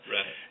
Right